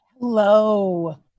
Hello